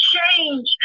Change